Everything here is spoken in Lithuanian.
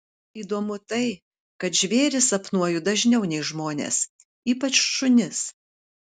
įdomu tai kad žvėris sapnuoju dažniau nei žmones ypač šunis